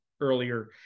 earlier